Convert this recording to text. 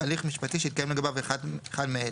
הליך משפטי שהתקיים לגביו אחד מאלה: